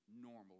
normal